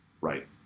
Right